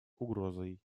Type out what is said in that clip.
угрозой